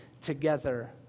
together